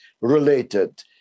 related